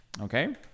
okay